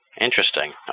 Interesting